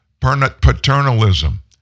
Paternalism